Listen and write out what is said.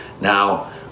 Now